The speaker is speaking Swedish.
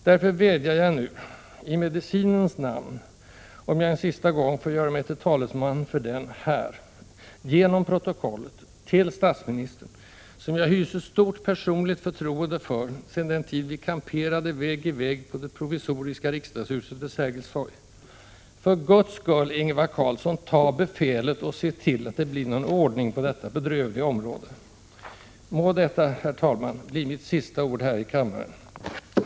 Därför vädjar jag nu —i medicinens namn, om jag en sista gång får göra mig till talesman för den här — genom protokollet, till statsministern, som jag hyser stort personligt förtroende för sedan den tid vi kamperade vägg i vägg på det provisoriska riksdagshuset vid Sergels torg: För Guds skull, Ingvar Carlsson, tag befälet och se till att det blir någon ordning på detta bedrövliga område! — Må detta, herr talman, bli mitt sista ord här i kammaren.